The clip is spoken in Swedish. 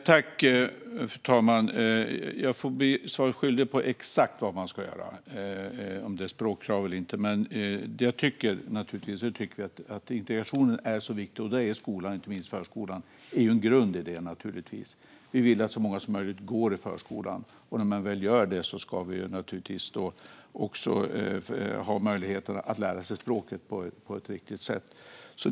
Fru talman! Jag får bli svaret skyldig när det gäller exakt vad man ska göra, om det är språkkrav eller inte. Men vi tycker naturligtvis att integrationen är viktig, och både skola och förskola är en grund i detta. Vi vill att så många som möjligt går i förskolan, och när man väl gör det ska man naturligtvis också ha möjlighet att lära sig språket på ett riktigt sätt.